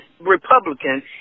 republican